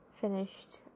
finished